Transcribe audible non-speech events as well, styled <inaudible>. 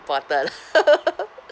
important <laughs>